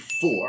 four